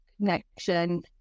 connection